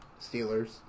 Steelers